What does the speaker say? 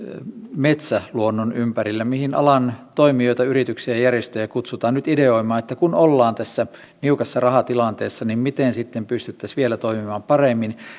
metsäluonnon ympärille mihin alan toimijoita yrityksiä ja järjestöjä kutsutaan nyt ideoimaan että kun ollaan tässä niukassa rahatilanteessa niin miten sitten pystyisimme vielä paremmin